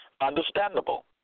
understandable